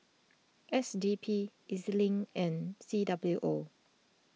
S D P Ez Link and C W O